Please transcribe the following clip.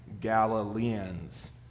Galileans